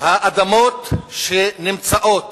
האדמות שנמצאות